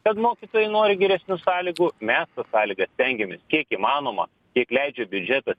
kad mokytojai nori geresnių sąlygų mes tas sąlyga stengiamės kiek įmanoma kiek leidžia biudžetas